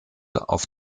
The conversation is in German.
auf